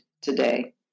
today